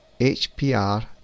HPR